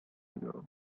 ago